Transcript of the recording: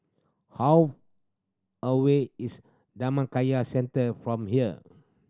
how away is Dhammakaya Centre from here